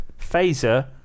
phaser